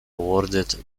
awarded